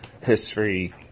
history